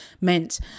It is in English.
meant